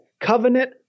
covenant